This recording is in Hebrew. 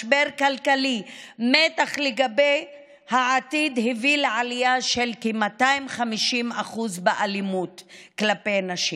משבר כלכלי ומתח לגבי העתיד הביא לעלייה של כ-250% באלימות כלפי נשים.